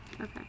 Okay